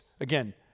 Again